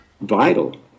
vital